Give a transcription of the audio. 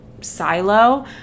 silo